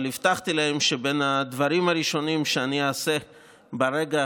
אבל הבטחתי להם שבין הדברים הראשונים שאני אעשה ברגע